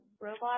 robot